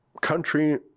country